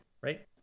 right